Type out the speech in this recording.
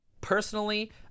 personally